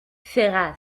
fera